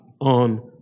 on